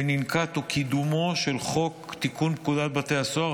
הוא קידומו של חוק תיקון פקודת בתי הסוהר,